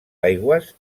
aigües